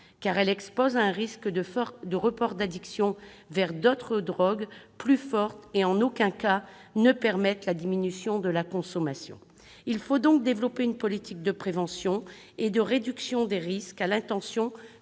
car elles exposent à un risque de report d'addictions vers d'autres drogues plus fortes et en aucun cas à la diminution de la consommation. Il faut donc développer une politique de prévention et de réduction des risques à l'intention